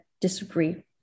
disagree